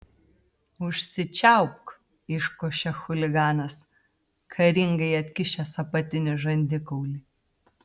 užsičiaupk iškošė chuliganas karingai atkišęs apatinį žandikaulį